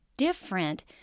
different